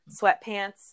sweatpants